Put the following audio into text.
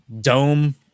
Dome